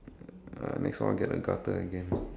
uh next one I get the gutter again